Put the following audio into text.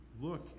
look